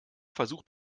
versucht